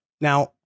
Now